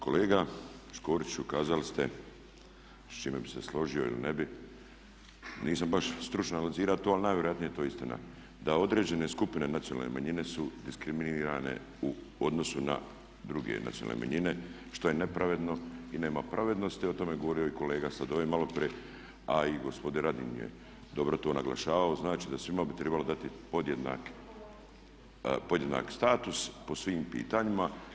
Kolega Škoriću ukazali ste s čime bih se složio ili ne bih, nisam baš stručno analizirati to ali najvjerojatnije je to istina da određene skupine nacionalne manjine su diskriminirane u odnosu na druge nacionalne manjine što je nepravedno i nema pravednosti i o tome je govorio i kolega sad ovaj malo prije a i gospodin Radin je dobro to naglašavao, znači da svima bi trebalo dati podjednaki status po svim pitanjima.